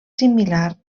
similar